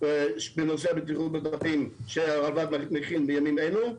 בנושא הבטיחות בדרכים שהרלב"ד מכין בימים אלו.